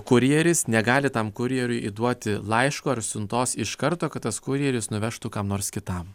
kurjeris negali tam kurjeriui įduoti laiško ar siuntos iš karto kad tas kuris nuvežtų kam nors kitam